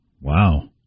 Wow